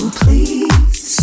please